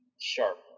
sharp